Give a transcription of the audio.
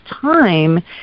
time